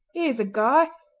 here's a guy!